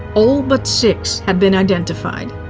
all but six had been identified.